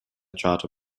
charter